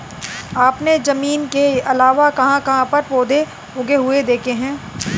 आपने जमीन के अलावा कहाँ कहाँ पर पौधे उगे हुए देखे हैं?